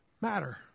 matter